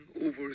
over